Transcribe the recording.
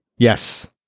Yes